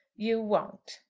you won't?